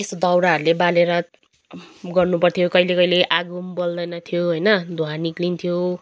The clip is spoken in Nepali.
यस्तो दाउराहरूले बालेर गर्नुपऱ्थ्यो कहिले कहिले आगो पनि बोल्दैनथ्यो होइन धुवाँ निक्लिन्थ्यो